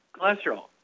cholesterol